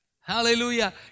Hallelujah